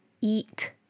eat